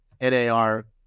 NAR